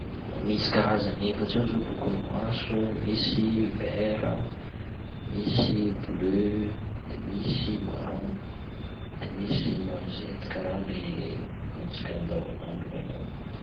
Misy karazany efatsy eo zao lokon'ny maso: misy vert a, misy bleu de misy marron de misy noisette karaha le gn'antsika andavanandro regny avao.